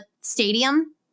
stadium